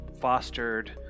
fostered